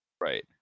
Right